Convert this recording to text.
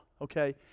okay